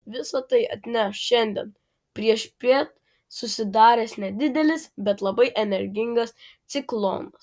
visa tai atneš šiandien priešpiet susidaręs nedidelis bet labai energingas ciklonas